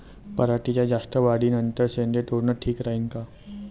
पराटीच्या जास्त वाढी नंतर शेंडे तोडनं ठीक राहीन का?